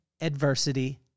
adversity